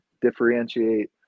differentiate